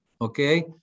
okay